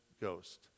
ghost